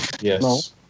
yes